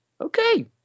okay